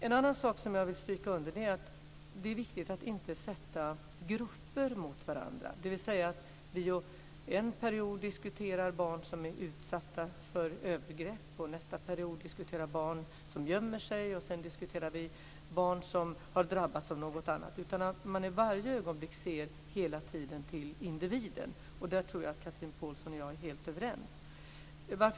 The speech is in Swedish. En annan sak som jag vill understryka är att det är viktigt att inte sätta grupper mot varandra, dvs. att vi en period diskuterar barn som är utsatta för övergrepp, nästa period diskuterar barn som gömmer sig, och sedan diskuterar barn som drabbats av något annat. Vi måste i varje ögonblick se till individen. Där tror jag att Chatrine Pålsson och jag är helt överens.